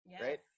right